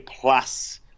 plus